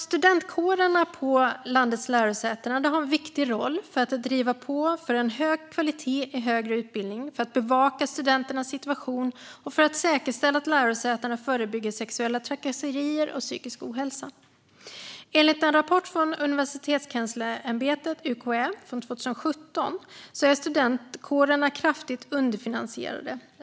Studentkårerna på landets lärosäten har en viktig roll i att driva på för hög kvalitet i högre utbildning, bevaka studenternas situation och säkerställa att lärosätena förebygger sexuella trakasserier och psykisk ohälsa. Enligt en rapport från Universitetskanslersämbetet, UKÄ, år 2017 är dock studentkårerna kraftigt underfinansierade.